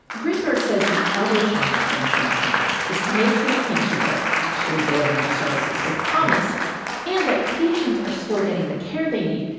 greenberg says the other challenge for insurance companies is to make sure the clinicians are actually delivering the service they promise and that patients are still getting the care they need,